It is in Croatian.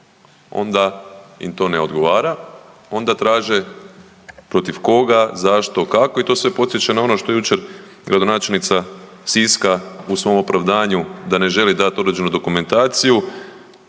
onda im to ne odgovara, onda traže protiv koga, zašto, kako i to sve podsjeća na ono što je jučer gradonačelnica Siska u svom opravdanju da ne želi dati određenu dokumentaciju